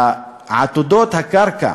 עתודות הקרקע